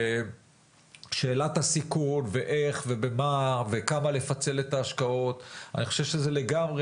שאלת הסיכון ואיך ובמה וכמה לפצל את ההשקעות לגמרי